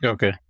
Okay